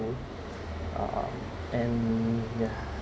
uh and yeah